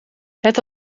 het